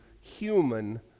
human